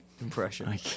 impression